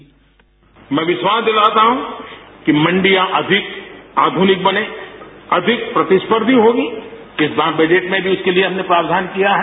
bite मैं विश्वास दिलाता हूं कि मंडियां अधिक आधुनिक बने अधिक प्रतिस्पर्धी होगी किसान बजट में भी उसके लिए हमने प्रावधान किया है